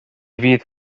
fydd